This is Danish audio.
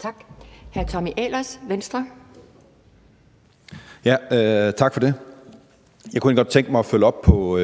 Kl. 12:17 Tommy Ahlers (V): Tak for det. Jeg kunne egentlig godt tænke mig at følge op på